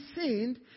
sinned